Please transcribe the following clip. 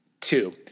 two